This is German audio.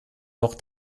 noch